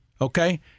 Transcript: Okay